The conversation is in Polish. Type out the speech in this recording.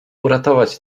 uratować